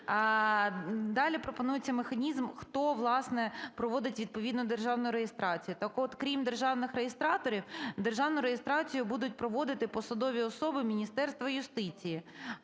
далі пропонується механізм, хто, власне, проводить відповідну державну реєстрацію. Так от, крім державних реєстраторів, державну реєстрацію будуть проводити посадові особи Міністерства юстиції,